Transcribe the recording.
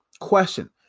Question